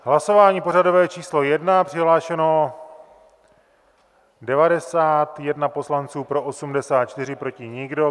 Hlasování pořadové číslo 1, přihlášeno 91 poslanců, pro 84, proti nikdo.